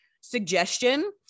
suggestion